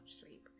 sleep